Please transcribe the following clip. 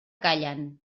callen